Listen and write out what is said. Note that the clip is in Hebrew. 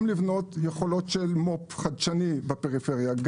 גם לבנות יכולות של מו"פ חדשני בפריפריה,